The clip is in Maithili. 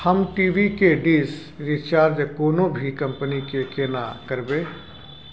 हम टी.वी के डिश रिचार्ज कोनो भी कंपनी के केना करबे?